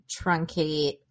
truncate